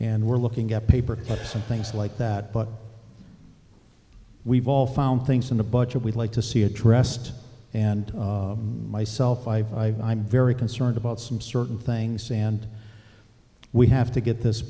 and we're looking at paper cuts and things like that but we've all found things in the budget we'd like to see addressed and myself i've i'm very concerned about some certain things and we have to get this